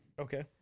Okay